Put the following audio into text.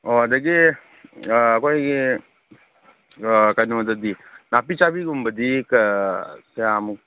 ꯑꯣ ꯑꯗꯒꯤ ꯑꯩꯈꯣꯏꯒꯤ ꯀꯩꯅꯣꯗꯗꯤ ꯅꯥꯄꯤ ꯆꯥꯕꯤꯒꯨꯝꯕꯗꯤ ꯀꯌꯥ ꯀꯌꯥꯃꯨꯛ